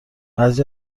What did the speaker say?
بعضی